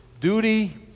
duty